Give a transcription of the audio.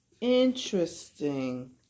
Interesting